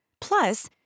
Plus